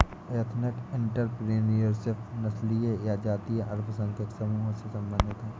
ethnic entrepreneurship नस्लीय या जातीय अल्पसंख्यक समूहों से संबंधित हैं